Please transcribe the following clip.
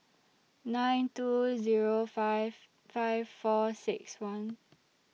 nine two Zero five five four six one